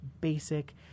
basic